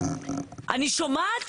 אני שומעת